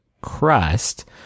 crust